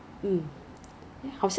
现在有 free parking 都没有人